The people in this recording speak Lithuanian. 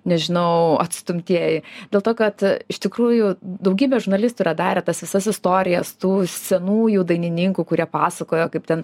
nežinau atstumtieji dėl to kad iš tikrųjų daugybė žurnalistų yra darę tas visas istorijas tų senųjų dainininkų kurie pasakojo kaip ten